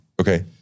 Okay